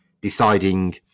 deciding